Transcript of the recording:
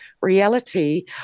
reality